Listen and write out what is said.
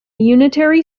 unitary